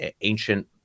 ancient